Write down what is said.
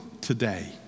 today